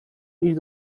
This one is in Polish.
iść